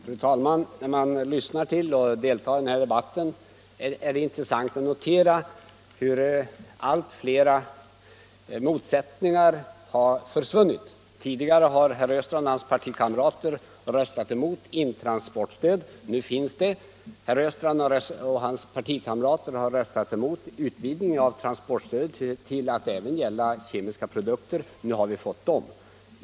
Fru talman! För den som lyssnar till och deltar i den här debatten är det intressant att notera hur allt flera motsättningar har försvunnit. Tidigare har herr Östrand och hans partikamrater röstat emot intransportstöd. Nu finns det. Herr Östrand och hans partikamrater har röstat emot utvidgningen av transportstödet till att även gälla kemiska produkter. Nu har vi fått den utvidgningen.